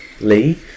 Lee